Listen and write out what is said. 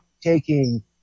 taking